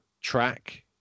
track